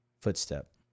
footstep